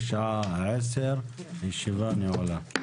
בשעה 10:00. הישיבה נעולה.